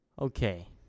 Okay